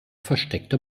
versteckte